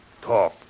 talk